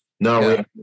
No